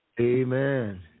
Amen